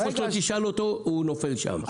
היכן שלא תשאל אותו - הוא נופל שם.